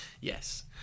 Yes